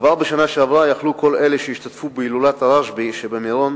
כבר בשנה שעברה יכלו כל אלה שהשתתפו בהילולת הרשב"י במירון